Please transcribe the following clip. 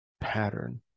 pattern